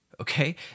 Okay